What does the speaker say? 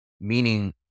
meaning